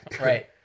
Right